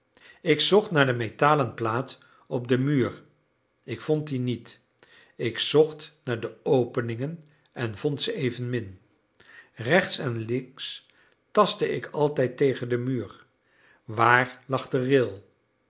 ik zocht naar de metalen plaat op den muur ik vond die niet ik zocht naar de openingen en vond ze evenmin rechts en links tastte ik altijd tegen den muur waar lag